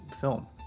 film